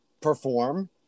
perform